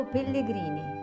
Pellegrini